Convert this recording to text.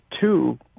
two